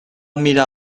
mirar